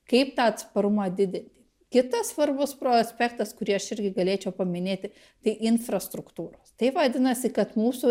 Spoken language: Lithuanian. kaip tą atsparumą didinti kitas svarbus pro aspektas kurį aš irgi galėčiau paminėti tai infrastruktūros taip vadinasi kad mūsų